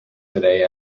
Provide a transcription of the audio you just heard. today